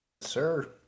Sir